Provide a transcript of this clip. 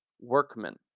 workmen